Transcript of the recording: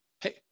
Hey